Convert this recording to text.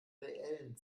reellen